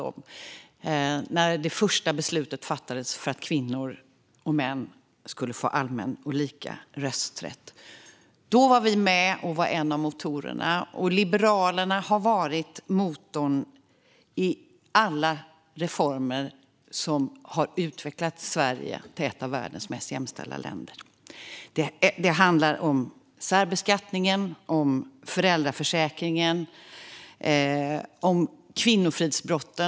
Då fattades det första beslutet för att kvinnor och män skulle få allmän och lika rösträtt. Då var Liberalerna en av motorerna. Vi har varit en motor i alla reformer som har utvecklat Sverige till ett av världens mest jämställda länder. Det handlar om särbeskattningen, föräldraförsäkringen och kvinnofridsbrotten.